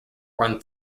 run